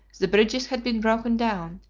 the bridges had been broken down,